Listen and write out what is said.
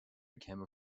became